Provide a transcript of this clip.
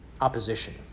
opposition